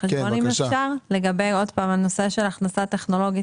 לגבי הנושא של הכנסה טכנולוגית.